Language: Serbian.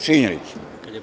Činjenica.